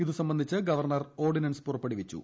ഇതു സംബന്ധിച്ച് governor ordinance പുറപ്പെടുവിച്ചു